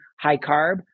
high-carb